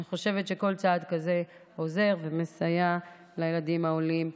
אני חושבת שכל צעד כזה עוזר ומסייע לילדים העולים.